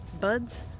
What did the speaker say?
Bud's